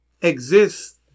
exist